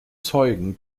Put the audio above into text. zeugen